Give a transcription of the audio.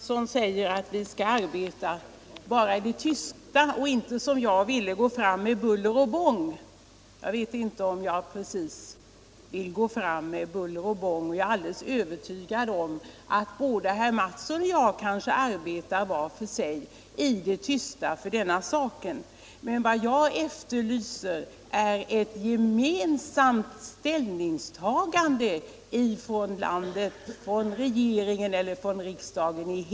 Herr talman! Herr Mattisson sade att vi bara skall arbeta i det tysta och inte gå fram med buller och bång som jag gör. Jag vet inte om jag precis vill gå fram med buller och bång. Jag är övertygad om att både herr Mattsson och jag var för sig arbetar i det tysta för denna sak. Men vad åstadkommer vi? Jag efterlyser ett ställningstagande från regeringen eller från riksdagen.